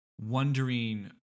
wondering